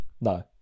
No